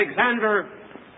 Alexander